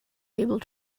able